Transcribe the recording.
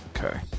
Okay